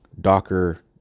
Docker